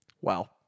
Wow